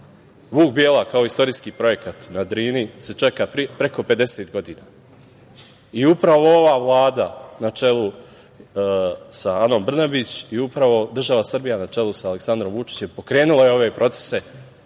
Vuk Bjela kao istorijski projekat na Drini se čeka preko 50 godina. Upravo ova Vlada na čelu sa Anom Brnabić i država Srbija na čelu sa Aleksandrom Vučićem pokrenula je ove procese